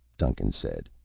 duncan said,